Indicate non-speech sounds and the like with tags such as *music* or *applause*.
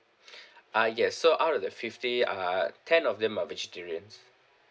*breath* ah yes so out of that fifty uh ten of them are vegetarians